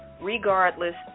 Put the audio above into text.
regardless